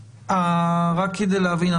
רק כדי להבין,